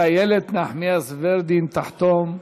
ואילת נחמיאס ורבין תחתום.